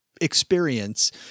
experience